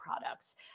products